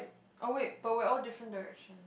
oh wait but we're all different direction